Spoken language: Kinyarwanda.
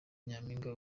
nyampinga